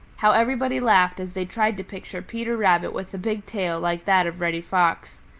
how everybody laughed as they tried to picture peter rabbit with a big tail like that of reddy fox.